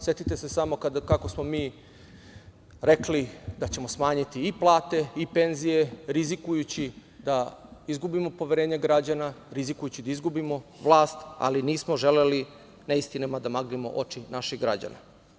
Setite se samo kako smo mi rekli da ćemo smanjiti i plate i penzije, rizikujući da izgubimo poverenje građana, rizikujući da izgubimo vlast, ali nismo želeli neistinama da maglimo oči naših građana.